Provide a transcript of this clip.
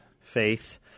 faith